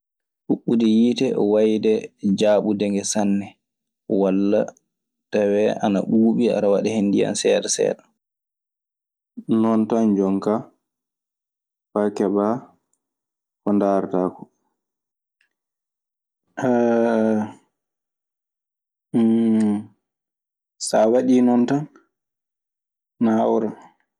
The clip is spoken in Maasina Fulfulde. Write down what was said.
Huɓɓude yiite wayde jaaɓude nge sanne walla tawee ana ɓuuɓi. Aɗa waɗa hen ndiyan seeɗa seeɗa. Non tan jon kaa faa keɓaa ko ndaarataa koo. Saa waɗii non tan, na hawra.